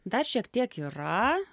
dar šiek tiek yra